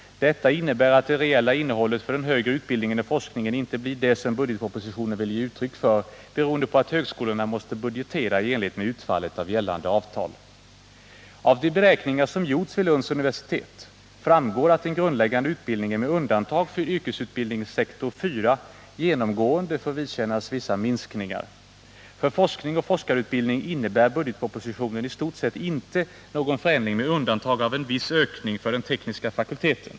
Detta innebär att det reella innehållet för den högre utbildningen och forskningen inte blir det som budgetpropositionen vill ge uttryck för beroende på att högskolorna måste budgetera i enlighet med utfallet av gällande avtal. Av de beräkningar som gjorts vid Lunds universitet framgår att den grundläggande utbildningen, med undantag för yrkesutbildningssektor IV, genomgående får vidkännas vissa minskningar. För forskning och forskarutbildning innebär budgetpropositionen i stort sett inte någon förändring med undantag av en viss ökning för den tekniska fakulteten.